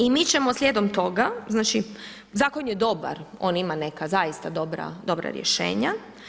I mi ćemo slijedom toga znači, zakon je dobar, on ima neka zaista dobra rješenja.